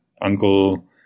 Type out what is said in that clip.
uncle